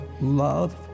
love